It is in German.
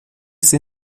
sie